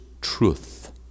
truth